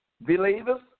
Believers